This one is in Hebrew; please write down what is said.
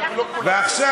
עכשיו,